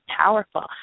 powerful